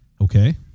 Okay